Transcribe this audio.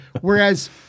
whereas